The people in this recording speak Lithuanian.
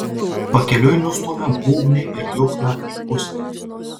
pakeliui nustūmė būbnį ir juchną į pusnį